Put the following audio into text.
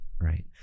right